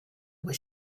was